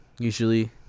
usually